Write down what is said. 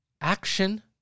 action